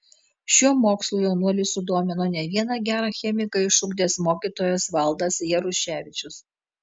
šiuo mokslu jaunuolį sudomino ne vieną gerą chemiką išugdęs mokytojas valdas jaruševičius